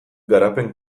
garapen